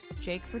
Jake